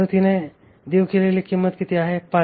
मारुतीने दिलेली किंमत किती आहे ते